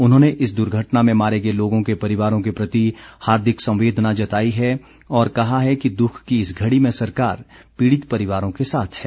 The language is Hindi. उन्होंने इस दुर्घटना में मारे गए लोगों के परिवारों के प्रति हार्दिक संवेदना जताई है और कहा है कि दुख की इस घड़ी में सरकार पीड़ित परिवारों के साथ है